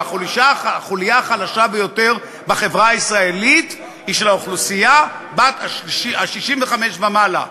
והחוליה החלשה ביותר בחברה הישראלית היא של האוכלוסייה בת ה-65 ומעלה,